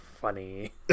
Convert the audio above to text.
funny